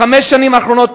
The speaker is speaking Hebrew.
בחמש השנים האחרונות,